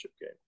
game